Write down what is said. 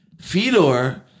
Fedor